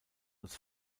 als